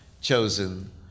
chosen